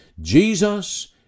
Jesus